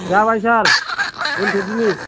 जाबाय सार दोनथ'दिनि